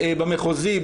במחוזי,